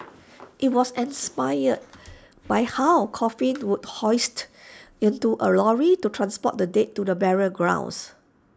IT was inspired by how coffins would be hoisted into A lorry to transport the dead to burial grounds